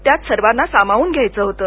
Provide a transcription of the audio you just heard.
त्यात सर्वाना सामावून घ्यायचं होतं